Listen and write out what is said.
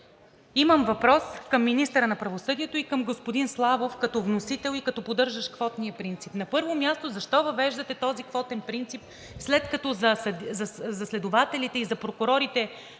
Имам въпрос към министъра на правосъдието и към господин Славов като вносител и поддържащ квотния принцип: на първо място, защо въвеждате този квотен принцип, след като за следователите и за прокурорите